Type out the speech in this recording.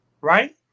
Right